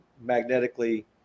magnetically